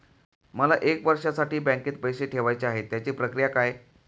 मला एक वर्षासाठी बँकेत पैसे ठेवायचे आहेत त्याची प्रक्रिया काय?